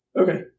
Okay